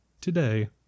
today